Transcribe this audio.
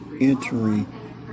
entering